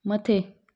मथे